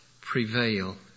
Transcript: prevail